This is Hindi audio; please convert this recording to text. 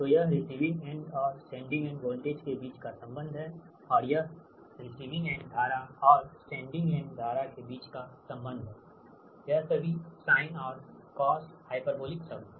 तो यह रिसीविंग एंड और सेंडिंग एंड वोल्टेज के बीच का संबंध है और यह रिसीविंग एंड धारा और सेंडिंग एंड धारा के बीच का संबंध है यह सभी sine और cos हाइपरबोलिक शब्द है